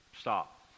Stop